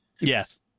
yes